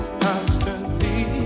constantly